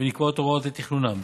ונקבעות הוראות לתכנונם,